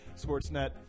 Sportsnet